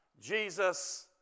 Jesus